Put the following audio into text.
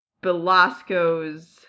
Belasco's